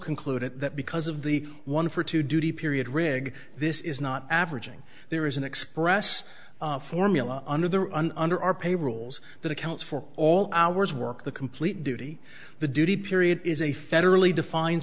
concluded that because of the one for two duty period rig this is not averaging there is an express formula under there under our paper rules that accounts for all hours work the complete duty the duty period is a federally defined